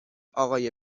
آقای